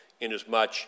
Inasmuch